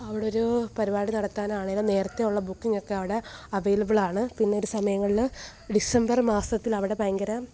അവിടെ ഒരൂ പരിപാടി നടത്താൻ ആണെങ്കിലും നേരത്തെ ഉള്ള ബുക്കിങ്ങ് ഒക്കെ അവിടെ അവൈലബിൾ ആണ് പിന്നെ ഒരു സമയങ്ങളിൽ ഡിസമ്പറ് മാസത്തിൽ അവിടെ ഭയങ്കര